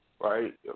Right